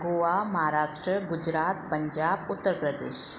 Goa Maharashtra Gujarat Punjab Uttar Pradesh